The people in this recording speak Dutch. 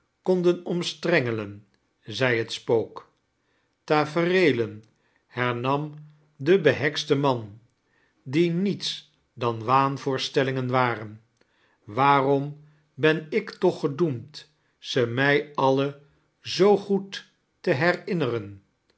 kon omsttrengelen zei het spook tafereelen hernam de behekste man die niete dan waan-voorstellingen waren waanom ben ik tocth gedoemd ze mij alle zoo goed te herinneren